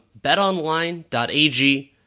BetOnline.ag